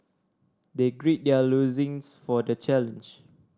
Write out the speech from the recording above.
they grid their loins for the challenge